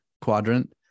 quadrant